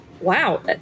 wow